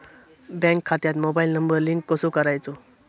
Bank खात्यात mobile number link कसो करायचो?